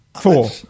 Four